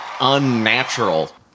unnatural